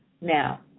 Now